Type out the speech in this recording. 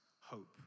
Hope